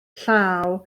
llaw